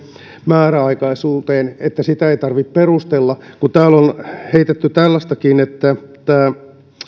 määräaikaisuuteen että sitä ei tarvitse perustella kun täällä on heitetty tällaistakin että